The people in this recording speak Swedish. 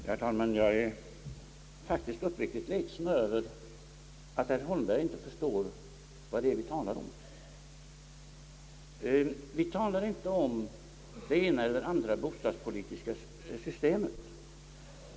Herr talman! Jag är faktiskt uppriktigt ledsen över att herr Holmberg inte förstår vad det är vi talar om. Vi talar inte om det ena eller det andra bostadspolitiska systemet.